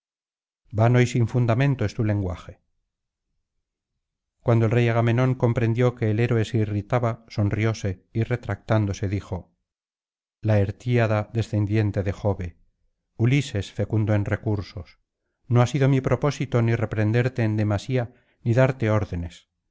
vano y sin fundamento es tu lenguaje cuando el rey agamenón comprendió que el héroe se irritaba sonrióse y retractándose dijo la artieda descendiente de jove ulises fecundo en recursos no ha sido mi propósito ni reprenderte en demasía ni darte órdecanto